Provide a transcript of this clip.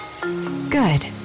Good